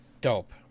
Dope